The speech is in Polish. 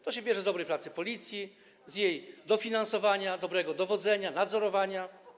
To się bierze z dobrej pracy Policji, z jej dofinansowania, dobrego dowodzenia, nadzorowania.